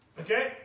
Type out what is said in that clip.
Okay